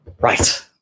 right